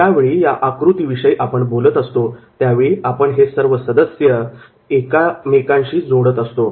ज्यावेळी या आकृतीविषयी आपण बोलत असतो त्यावेळी आपण हे सर्व सदस्य एकमेकांशी जोडत असतो